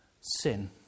sin